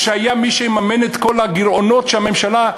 כשהיה מי שיממן את כל הגירעונות שהממשלה,